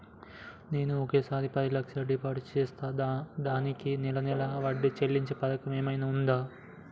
నేను ఒకేసారి పది లక్షలు డిపాజిట్ చేస్తా దీనికి నెల నెల వడ్డీ చెల్లించే పథకం ఏమైనుందా?